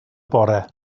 bore